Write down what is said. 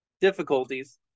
difficulties